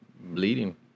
bleeding